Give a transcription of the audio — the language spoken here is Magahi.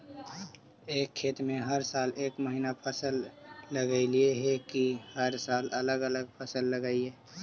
एक खेत में हर साल एक महिना फसल लगगियै कि हर साल अलग अलग फसल लगियै?